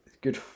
good